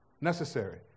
Necessary